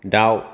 दाउ